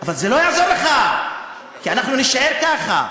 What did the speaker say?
אבל זה לא יעזור לך, כי אנחנו נישאר ככה,